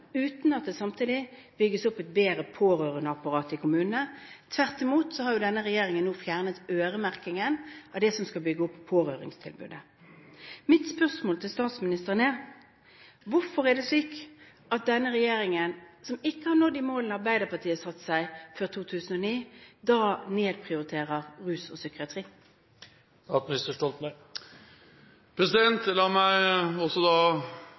det samtidig bygges opp et bedre pårørendeapparat i kommunene. Tvert imot har jo denne regjeringen nå fjernet øremerkingen av det som skulle bygge opp tilbudet til pårørende. Mitt spørsmål til statsministeren er: Hvorfor er det slik at denne regjeringen, som ikke har nådd de målene som Arbeiderpartiet satte seg før 2009, nedprioriterer rus og psykiatri? La meg også